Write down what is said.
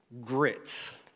grit